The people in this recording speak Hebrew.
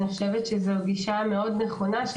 אני חושבת שזאת גישה מאוד נכונה,